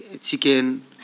chicken